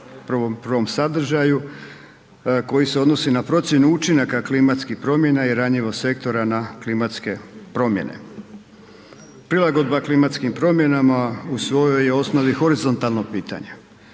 prvo sadržaju koji se odnosi na procjenu učinaka klimatskih promjena i ranjivost sektora na klimatske promjene. Prilagodba klimatskim promjenama u svojoj je osnovi horizontalno pitanje